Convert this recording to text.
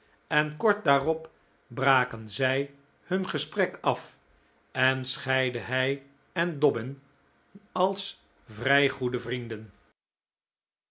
en kort daarop braken zij hun gesprek af en scheidden hij en dobbin als vrij goede vrienden